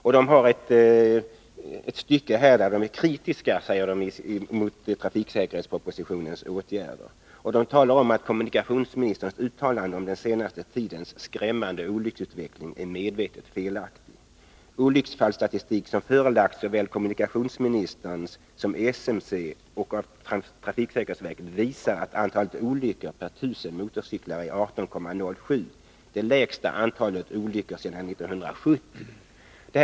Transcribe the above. Organisationerna är kritiska mot trafiksäkerhetspropositionens åtgärder. De säger att kommunikationsministerns uttalande om den senaste tidens skrämmande olycksfallsutveckling är medvetet felaktig. Den olycksfallsstatistik som har förelagts såväl kommunikationsministern som SMC av trafiksäkerhetsverket visar att antalet olyckor per 1000 motorcyklar är 18,07, det lägsta antalet olyckor sedan 1970.